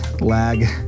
Lag